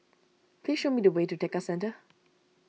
please show me the way to Tekka Centre